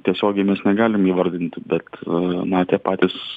tiesiogiai mes negalim įvardinti bet na tie patys